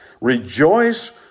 Rejoice